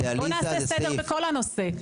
בואו נעשה סדר בכל הנושא.